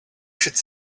should